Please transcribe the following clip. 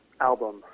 album